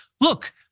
look